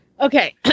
Okay